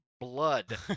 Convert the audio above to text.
blood